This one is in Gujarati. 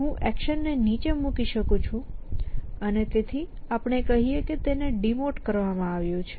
હું એક્શનને નીચે મૂકી શકું છું અને તેથી આપણે કહીએ કે તેને ડિમોટ કરવામાં આવ્યું છે